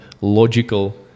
logical